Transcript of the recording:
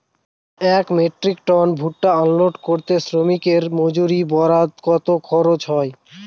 এক metric ton ভুট্টা unload করতে শ্রমিকের মজুরি বাবদ কত খরচ হয়?